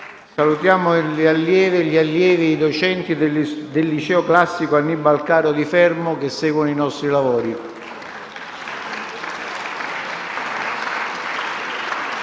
allieve, gli allievi e i docenti del Liceo classico «Annibal Caro» di Fermo, che stanno seguendo i nostri lavori.